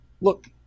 look